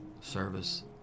service